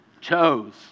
chose